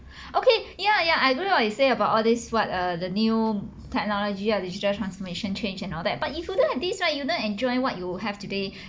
okay ya ya I agreed what you say about all this what uh the new technology of digital transformation change and all that but if you do like this right you wouldn't enjoy what you have today